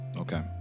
Okay